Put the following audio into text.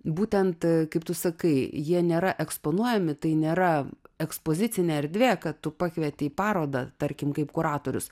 būtent kaip tu sakai jie nėra eksponuojami tai nėra ekspozicinė erdvė kad tu pakvieti į parodą tarkim kaip kuratorius